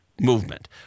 movement